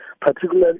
particularly